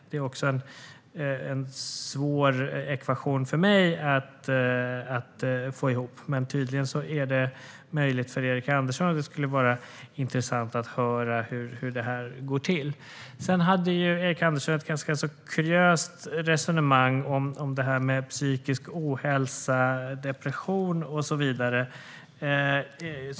Det är en svår ekvation att få ihop, men tydligen är det möjligt för Erik Andersson. Det skulle vara intressant att höra hur detta går till. Sedan hade Erik Andersson ett ganska kuriöst resonemang om detta med psykisk ohälsa, depression och så vidare.